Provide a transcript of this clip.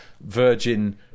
virgin